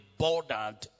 bordered